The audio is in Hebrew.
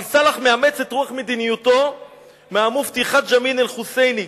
אבל סלאח מאמץ את רוח מדיניותו מהמופתי חאג' אמין אל-חוסייני.